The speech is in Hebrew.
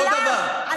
עוד דבר,